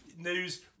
News